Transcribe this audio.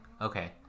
Okay